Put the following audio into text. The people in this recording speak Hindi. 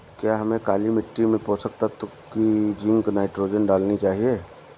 क्या हमें काली मिट्टी में पोषक तत्व की जिंक नाइट्रोजन डालनी चाहिए?